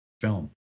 film